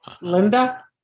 Linda